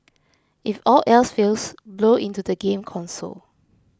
if all else fails blow into the game console